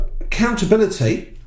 Accountability